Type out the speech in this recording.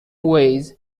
ways